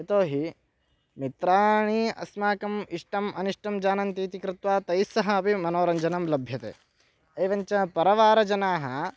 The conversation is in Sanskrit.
यतो हि मित्राणि अस्माकम् इष्टम् अनिष्टं जानन्ति इति कृत्वा तैः सह अपि मनोरञ्जनं लभ्यते एवं च परिवारजनाः